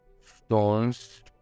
stones